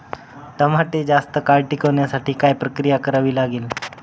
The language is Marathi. टमाटे जास्त काळ टिकवण्यासाठी काय प्रक्रिया करावी लागेल?